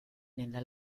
nella